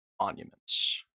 monuments